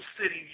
city